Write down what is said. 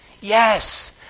Yes